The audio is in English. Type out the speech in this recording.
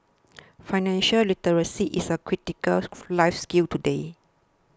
financial literacy is a critical life skill today